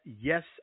yes